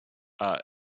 are